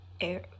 air